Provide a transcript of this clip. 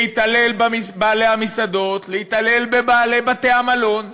להתעלל בבעלי המסעדות, להתעלל בבעלי בתי-המלון,